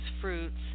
fruits